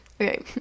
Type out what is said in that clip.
Okay